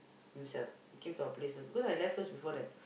himself he came to our place first because I left first before that